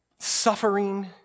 Suffering